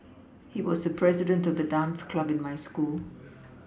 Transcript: he was the president of the dance club in my school